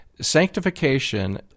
Sanctification